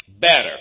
better